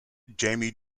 jamie